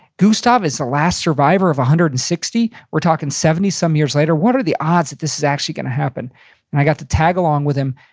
gustav is the last survivor of one hundred and sixty. we're talking seventy some years later. what are the odds that this is actually gonna happen? and i got to tag along with him.